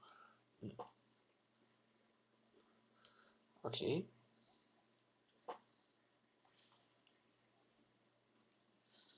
okay